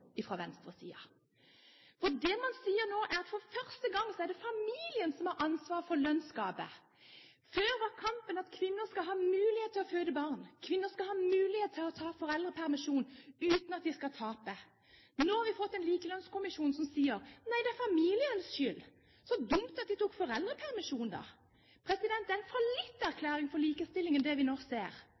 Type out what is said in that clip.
Det man nå sier, er at for første gang er det familien som har ansvaret for lønnsgapet. Før var kampen at kvinner skal ha mulighet til å føde barn, kvinner skal ha mulighet til å ta foreldrepermisjon uten at de taper. Nå har vi fått en likelønnskommisjon som sier: Nei, det er familienes skyld. Så dumt at de tok foreldrepermisjon, da. Det er en fallitterklæring for likestillingen det vi nå ser,